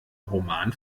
roman